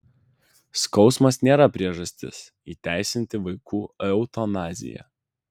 skausmas nėra priežastis įteisinti vaikų eutanaziją